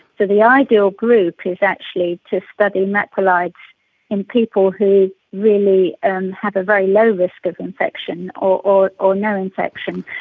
the ideal group is actually to study macrolides in people who really and um have a very low risk of infection or or no infection.